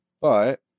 but-